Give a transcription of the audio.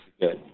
good